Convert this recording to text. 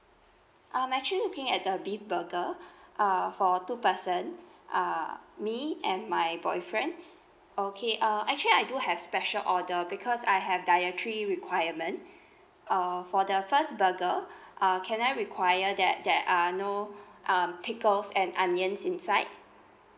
I'm actually looking at the beef burger uh for two person uh me and my boyfriend okay uh actually I do have special order because I have dietary requirement uh for the first burger uh can I require that there are no um pickles and onions inside